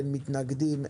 אין מתנגדים.